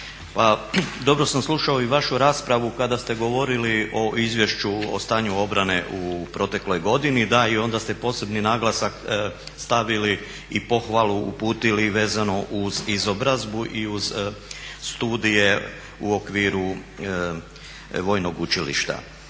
dobro sam slušao i vašu raspravu kada ste govorili o Izvješću o stanju obrane u protekloj godini. Da i onda ste posebni naglasak stavili i pohvalu uputili vezano uz izobrazbu i uz studije u okviru vojnog učilišta.